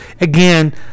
again